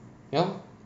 ya lor